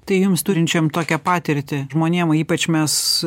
tai jums turinčiam tokią patirtį žmonėm ypač mes